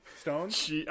Stones